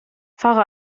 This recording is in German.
fahre